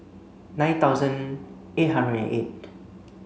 nine thousand eight hundred and eight